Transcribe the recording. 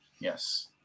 Yes